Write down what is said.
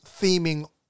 theming